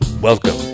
Welcome